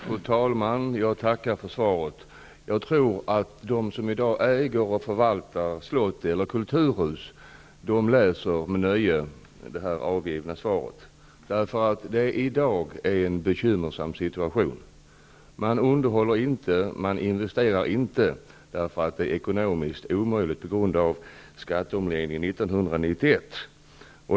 Fru talman! Jag tackar för svaret. Jag tror att de som i dag äger och förvaltar slott eller kulturhus med nöje läser det avgivna svaret. De har i dag en bekymmersam situation. Man kan inte underhålla eller investera eftersom det har blivit ekonomiskt omöjligt efter skatteomläggningen 1991.